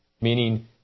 meaning